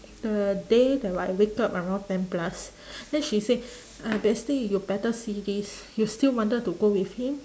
the day that I wake up around ten plus then she say uh bestie you better see this you still wanted to go with him